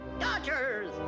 Dodgers